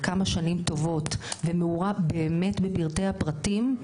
כמה שנים טובות ומעורה באמת בפרטי הפרטים,